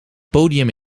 podium